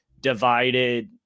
divided